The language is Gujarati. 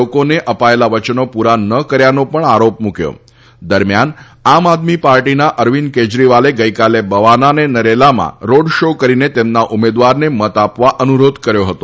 લોકોને અપાયેલાં વયનો પૂરાં ન કર્યાનો પણ આરોપ મૂક્યો હતો આદમી પાર્ટીના અરવિંદ કેજરીવાલેગઇકાલે બવાના તથા નરેલામાં રોડ શો કરીને તેમના ઉમેદવારને મત આપવા અનુરીધ કર્યો હતો